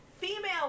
Female